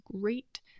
great